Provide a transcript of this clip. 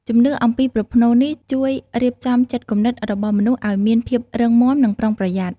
ជំនឿអំពីប្រផ្នូលនេះជួយរៀបចំចិត្តគំនិតរបស់មនុស្សឲ្យមានភាពរឹងមាំនិងប្រុងប្រយ័ត្ន។